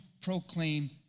proclaim